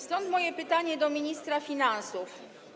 Stąd moje pytanie do ministra finansów.